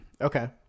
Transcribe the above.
Okay